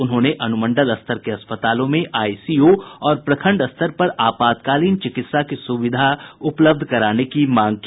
उन्होंने अनुमंडल स्तर के अस्पतालों में आईसीयू और प्रखंड स्तर पर आपातकालीन चिकित्सा की सुविधा उपलब्ध कराने की मांग की